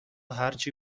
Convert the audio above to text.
هرچی